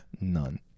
none